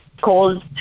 called